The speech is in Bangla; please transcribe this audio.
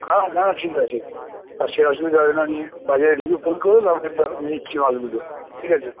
হ্যাঁ না ঠিক আছে আর সে অসুবিধা হবে না আমি বাজারে ঢুকে ফোন করব নিচ্ছি মাছগুলো ঠিক আছে